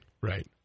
right